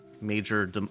major